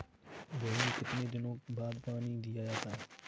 गेहूँ में कितने दिनों बाद पानी दिया जाता है?